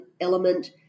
element